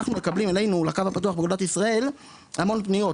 אנחנו מקבלים אלינו לקו הפתוח באגודת ישראל המון פניות,